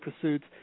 pursuits